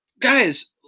guys